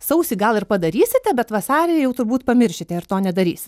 sausį gal ir padarysite bet vasarį jau turbūt pamiršite ir to nedarys